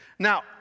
Now